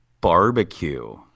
Barbecue